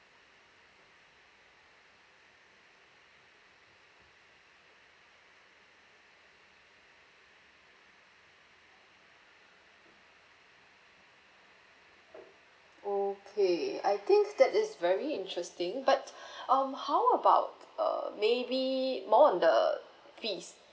okay I think that is very interesting but um how about uh maybe more on the fees